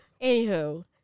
Anywho